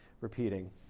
repeating